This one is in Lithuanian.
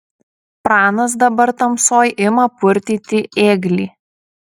pranas dabar tamsoj ima purtyti ėglį